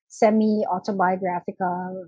semi-autobiographical